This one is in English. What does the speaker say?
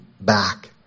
back